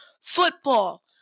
football